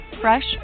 fresh